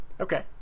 Okay